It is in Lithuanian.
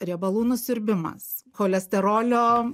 riebalų nusiurbimas cholesterolio